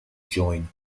join